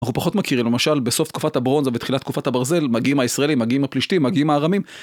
אנחנו פחות מכירים, למשל, בסוף תקופת הברונזה ובתחילת תקופת הברזל, מגיעים הישראלים, מגיעים הפלישתים, מגיעים הארמים,